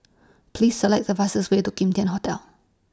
Please Select The fastest Way to Kim Tian Hotel